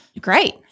great